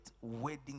wedding